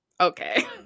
okay